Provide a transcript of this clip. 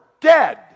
dead